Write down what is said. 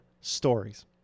stories